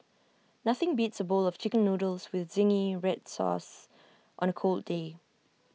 nothing beats A bowl of Chicken Noodles with Zingy Red Sauce on A cold day